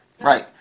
Right